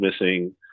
missing